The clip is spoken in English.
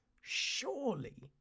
surely